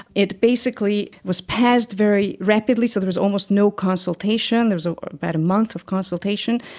it basically was passed very rapidly, so there was almost no consultation, there was ah about a month of consultation.